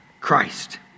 Christ